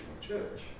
church